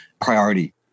priority